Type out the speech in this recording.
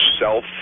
self